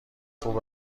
خوب